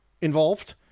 involved